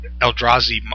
eldrazi